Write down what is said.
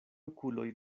okuloj